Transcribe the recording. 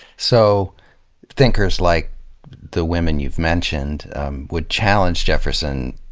so thinkers like the women you've mentioned would challenge jefferson,